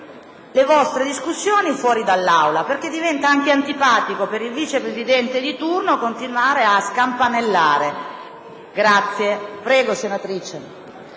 le vostre conversazioni fuori dall'Aula. Diventa anche antipatico per il vice Presidente di turno continuare a scampanellare. Prego, senatrice